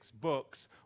books